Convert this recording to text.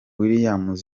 williams